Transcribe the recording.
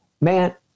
Man